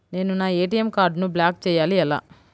నేను నా ఏ.టీ.ఎం కార్డ్ను బ్లాక్ చేయాలి ఎలా?